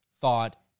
thought